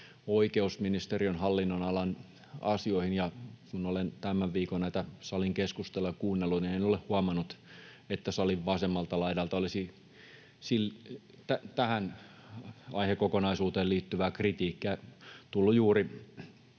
oikeusministeriön hallinnonalan asioihin. Kun olen tämän viikon näitä salin keskusteluja kuunnellut, niin en ole huomannut, että salin vasemmalta laidalta olisi tähän aihekokonaisuuteen liittyvää kritiikkiä tullut juuri